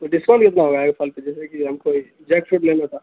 تو ڈسکاؤنٹ کتنا ہوگا ایک پھل پہ جیسے کہ ہم کو جیک فروٹ لینا تھا